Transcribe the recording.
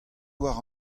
war